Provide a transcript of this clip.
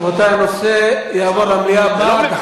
רבותי, הנושא יעבור למליאה הבאה.